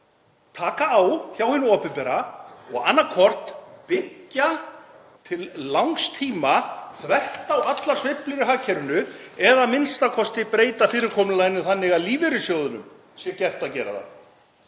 taka á hjá hinu opinbera og annaðhvort byggja til langs tíma, þvert á allar sveiflur í hagkerfinu, eða a.m.k. breyta fyrirkomulaginu þannig að lífeyrissjóðunum sé gert að gera það.